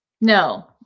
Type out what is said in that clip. no